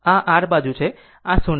આ r બાજુ છે આ 0 છે